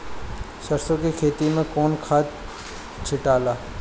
सरसो के खेती मे कौन खाद छिटाला?